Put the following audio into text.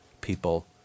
people